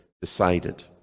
decided